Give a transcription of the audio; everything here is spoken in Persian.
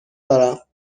دارم